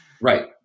Right